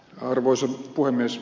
arvoisa puhemies